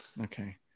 Okay